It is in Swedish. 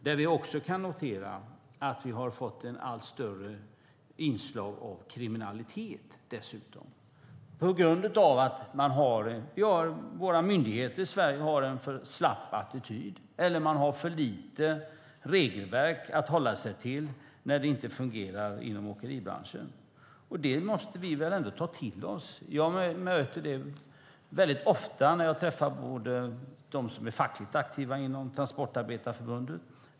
Där kan vi notera att vi dessutom fått ett allt större inslag av kriminalitet på grund av att våra myndigheter i Sverige har en alltför slapp attityd eller för lite regelverk att hålla sig till när det inte fungerar inom åkeribranschen. Det måste vi ändå ta till oss. Jag möter detta ofta när jag träffar fackligt aktiva inom Transportarbetarförbundet.